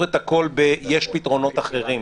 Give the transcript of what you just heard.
את הכול בכך שאומרים: יש פתרונות אחרים.